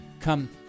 come